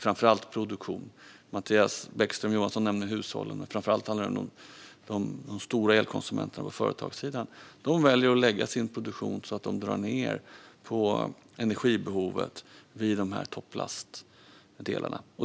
Mattias Bäckström Johansson nämnde hushållen, men framför allt handlar det om att de stora elkonsumenterna på företagssidan väljer att lägga sin produktion så att de drar ned på energibehovet vid toppbelastning.